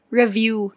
review